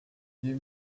give